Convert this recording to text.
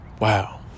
Wow